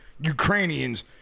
Ukrainians